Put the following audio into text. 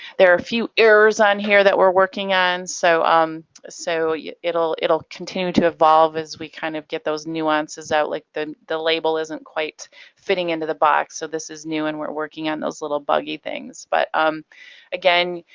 there are a few errors on here that we're working on. so um so yeah it'll it'll continue to evolve as we kind of get those nuances out like the the label isn't quite fitting into the box. so this is new and we're working on those little buggy things. but um again,